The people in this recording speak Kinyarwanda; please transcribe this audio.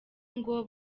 ngo